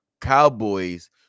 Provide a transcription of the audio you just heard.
Cowboys